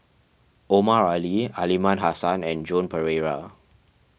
Omar Ali Aliman Hassan and Joan Pereira